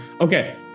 okay